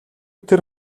тэр